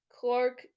Clark